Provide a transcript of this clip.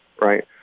right